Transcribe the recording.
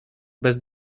bez